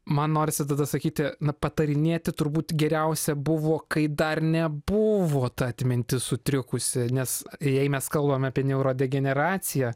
man norisi tada sakyti na patarinėti turbūt geriausia buvo kai dar nebuvo ta atmintis sutrikusi nes jei mes kalbame apie neurodegeneraciją